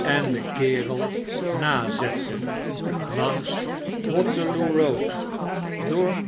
en den kerel nazette langs waterloo eoad door